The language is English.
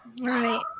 Right